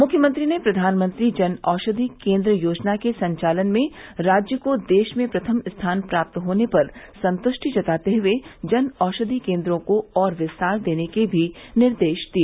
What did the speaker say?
मुख्यमंत्री ने प्रधानमंत्री जन औषधि केंद्र योजना के संचालन में राज्य को देश में प्रथम स्थान प्राप्त होने पर संतृष्टि जताते हए जन औषधि केंद्रों को और विस्तार देने के भी निर्देश दिए